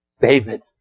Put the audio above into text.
David